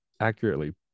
accurately